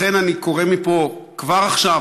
לכן אני קורא מפה כבר עכשיו,